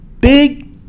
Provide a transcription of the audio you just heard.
big